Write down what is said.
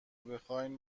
بخواین